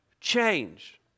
change